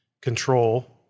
control